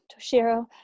Toshiro